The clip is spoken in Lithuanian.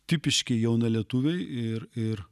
tipiški jaunalietuviai ir ir